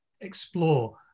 explore